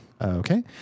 Okay